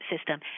System